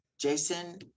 Jason